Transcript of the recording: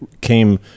came